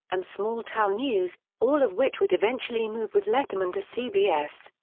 and small town news, all of which would eventually move with letterman to cbs.